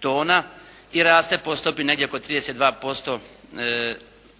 tona. I raste po stopi negdje oko 32% u